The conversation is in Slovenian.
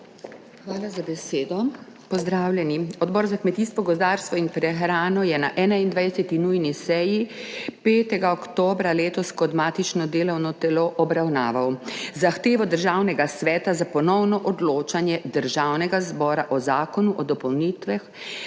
Hvala za besedo. Pozdravljeni! Odbor za kmetijstvo, gozdarstvo in prehrano je na 21. nujni seji 5. oktobra letos kot matično delovno telo obravnaval zahtevo Državnega sveta za ponovno odločanje Državnega zbora o Zakonu o dopolnitvah